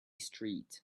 street